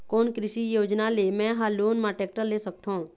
कोन कृषि योजना ले मैं हा लोन मा टेक्टर ले सकथों?